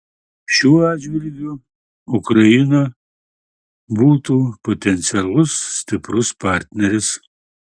šiuo atžvilgiu ukraina būtų potencialus stiprus partneris